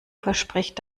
verspricht